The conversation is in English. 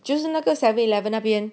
就是那个 seven eleven 那边